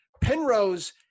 Penrose